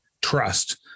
trust